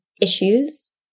issues